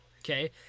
Okay